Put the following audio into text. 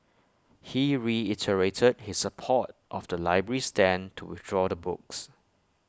he reiterated his support of the library's stand to withdraw the books